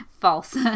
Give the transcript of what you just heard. false